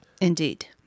Indeed